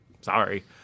Sorry